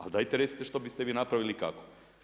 Ali dajte recite što biste vi napravili i kako?